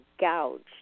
gouged